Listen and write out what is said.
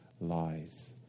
lies